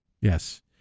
Yes